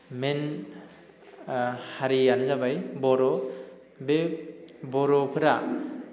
मेइन हारियानो जाबाय बर' बे बर'फोरा